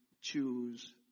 choose